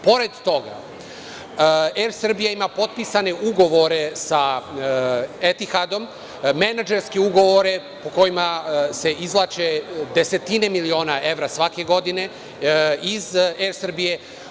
Pored toga, „Er Srbija“ ima potpisane ugovore sa „Etihad-om“, menadžerske ugovore po kojima se izvlače desetine miliona evra svake godine iz „Er Srbije“